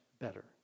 better